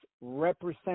represent